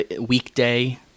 weekday